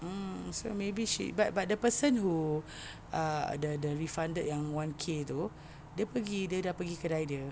mm so maybe she but but the person who uh the the refunded yang one K tu dia pergi dia dah pergi kedai dia